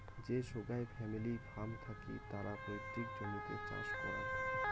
যে সোগায় family farm থাকি তারা পৈতৃক জমিতে চাষ করাং